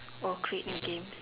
or create new games